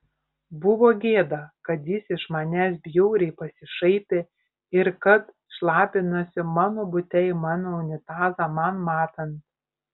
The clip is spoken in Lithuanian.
buvo gėda kad jis iš manęs bjauriai pasišaipė ir kad šlapinasi mano bute į mano unitazą man matant